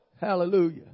Hallelujah